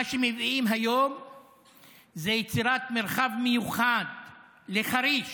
מה שמביאים היום זה יצירת מרחב מיוחד לחריש,